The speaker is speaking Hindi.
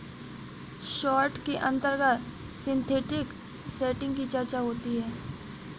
शार्ट के अंतर्गत सिंथेटिक सेटिंग की चर्चा होती है